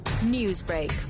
Newsbreak